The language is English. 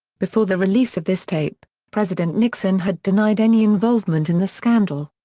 before the release of this tape, president nixon had denied any involvement in the scandal.